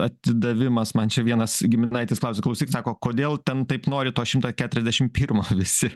atidavimas man čia vienas giminaitis klausia klausyk sako kodėl ten taip nori to šimto keturiasdešim pirmo visi